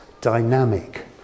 dynamic